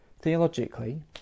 Theologically